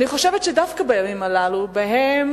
אני חושבת שדווקא בימים הללו, שבהם